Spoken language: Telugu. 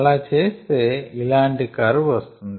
అలా చేస్తే ఇలాంటి కర్వ్ వస్తుంది